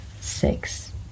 six